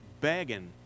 begging